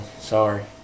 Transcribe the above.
sorry